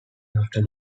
after